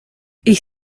ich